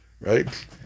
Right